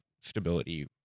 stability